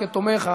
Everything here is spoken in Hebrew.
שתומך.